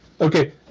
Okay